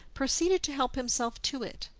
proceeded to help himself to it,